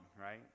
right